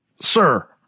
Sir